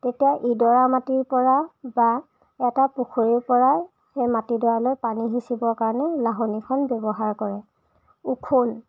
তেতিয়া ইডৰা মাটিৰ পৰা বা এটা পুখুৰীৰ পৰা সেই মাটিডৰালৈ পানী সিঁচিবৰ কাৰণে লাহনীখন ব্যৱহাৰ কৰে ওখোন